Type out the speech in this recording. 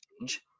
change